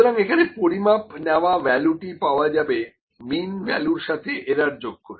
সুতরাং এখানে পরিমাপ নেওয়া ভ্যালুটি পাওয়া যাবে মিন ভ্যালুর সাথে এরার যোগ করে